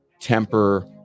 Temper